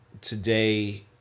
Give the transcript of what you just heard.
Today